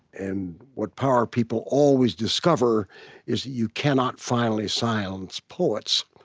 and what power people always discover is that you cannot finally silence poets.